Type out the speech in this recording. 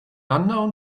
unknown